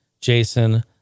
Jason